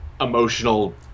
emotional